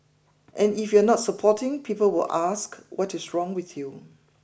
and if you are not supporting people will ask what is wrong with you